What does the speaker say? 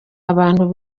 abantu